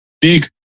big